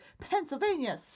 Pennsylvania